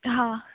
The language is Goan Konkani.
हां